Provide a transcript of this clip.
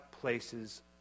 places